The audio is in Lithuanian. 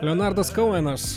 leonardas kouenas